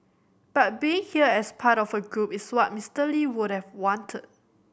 but being here as part of a group is what Mister Lee would have wanted